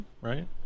right